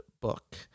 book